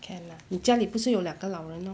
can lah 你家里不是有两个老人 lor